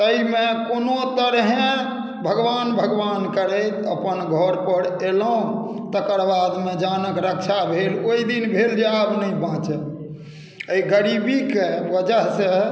ताहिमे कोनो तरहेँ भगवान भगवान करैत अपन घर पर एलहुँ तेकर बादमे जानकऽ रक्षा भेल ओहि दिन भेल जे आब नहि बाँचब एहि गरीबीके वजह से